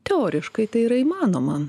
teoriškai tai yra įmanoma